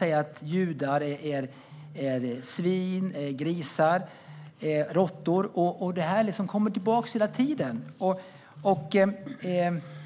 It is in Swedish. att judar är svin, grisar eller råttor, och det återkommer hela tiden.